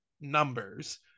numbers